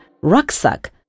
rucksack